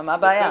מה הבעיה?